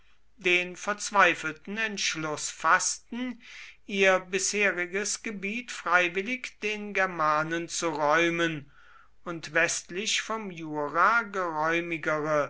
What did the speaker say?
den verzweifelten entschluß faßten ihr bisheriges gebiet freiwillig den germanen zu räumen und westlich vom jura geräumigere